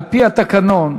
על-פי התקנון,